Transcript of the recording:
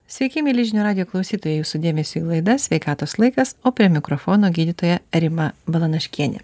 sveiki mieli žinių radijo klausytojai jūsų dėmesiui laida sveikatos laikas o prie mikrofono gydytoja rima balanaškienė